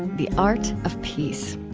the art of peace.